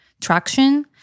traction